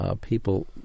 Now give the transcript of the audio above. People